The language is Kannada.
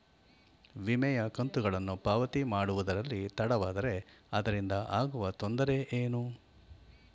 ವಿಮೆಯ ಕಂತುಗಳನ್ನು ಪಾವತಿ ಮಾಡುವುದರಲ್ಲಿ ತಡವಾದರೆ ಅದರಿಂದ ಆಗುವ ತೊಂದರೆ ಏನು?